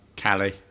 Callie